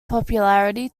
popularity